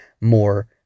more